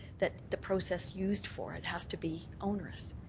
that the process used for it has to be ownerus.